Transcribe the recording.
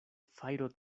fajro